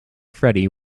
freddy